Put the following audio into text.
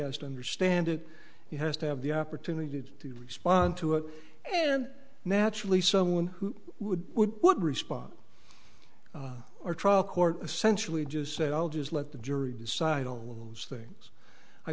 has to understand it he has to have the opportunity to respond to it and naturally someone who would would would respond or trial court essentially just say i'll just let the jury decide on those things i